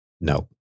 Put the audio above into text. No